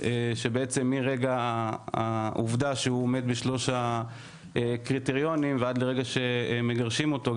מרגע העובדה שהוא עומד בשלושת הקריטריונים ועד לרגע שמגרשים אותו.